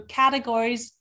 categories